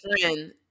friend